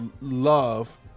love